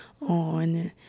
on